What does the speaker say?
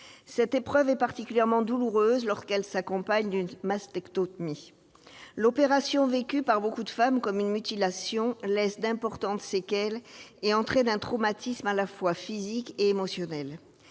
Cette épreuve est particulièrement douloureuse lorsqu'elle s'accompagne d'une mastectomie. L'opération, vécue par beaucoup de femmes comme une mutilation, laisse d'importantes séquelles et entraîne un traumatisme à la fois physique et émotionnel.